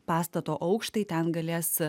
pastato aukštai ten galės